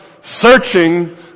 searching